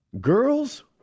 girls